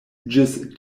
ĝis